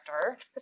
director